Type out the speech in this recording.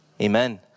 Amen